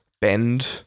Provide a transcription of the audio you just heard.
bend